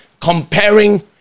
Comparing